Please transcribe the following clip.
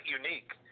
unique